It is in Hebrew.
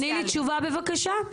תני לי תשובה בבקשה.